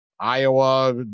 Iowa